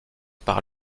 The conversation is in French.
par